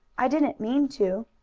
i didn't mean to.